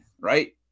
right